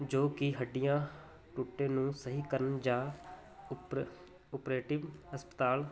ਜੋ ਕਿ ਹੱਡੀਆਂ ਟੁੱਟੇ ਨੂੰ ਸਹੀ ਕਰਨ ਜਾਂ ਓਪਰ ਓਪਰੇਟਿਵ ਹਸਪਤਾਲ